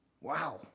Wow